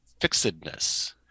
fixedness